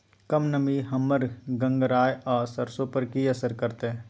कम नमी हमर गंगराय आ सरसो पर की असर करतै?